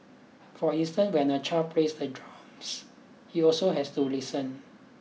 for instance when a child plays the drums he also has to listen